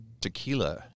tequila